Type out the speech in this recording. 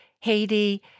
Haiti